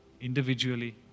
individually